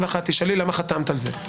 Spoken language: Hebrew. תשאלי למה חתמת על זה?